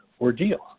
ordeal